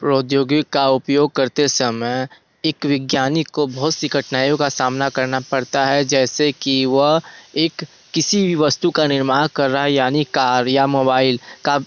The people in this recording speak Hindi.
प्रौद्योगिकी का उपयोग करते समय एक वैज्ञानिक को बहुत सी कठिनाइयों का सामना करना पड़ता है जैसे कि वह एक किसी भी वस्तु का निर्माण कर रहा है यानि कार या मोबाइल का